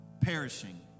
perishing